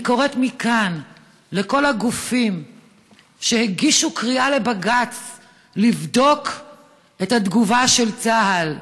אני קוראת מכאן לכל הגופים שהגישו פנייה לבג"ץ לבדוק את התגובה של צה"ל: